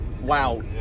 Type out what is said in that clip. Wow